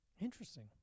Interesting